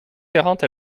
quarante